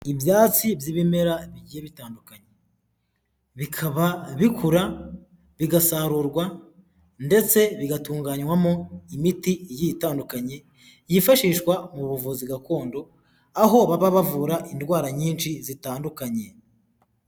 Ibyatsi by'ibimera bigiye bitandukanye, bikaba bikura bigasarurwa ndetse bigatunganywamo imiti igiye itandukanye yifashishwa mu buvuzi gakondo, aho baba bavura indwara nyinshi zitandukanye.